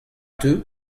teu